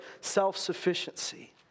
self-sufficiency